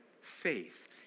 faith